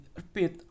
repeat